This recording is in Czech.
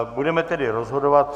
Budeme tedy rozhodovat.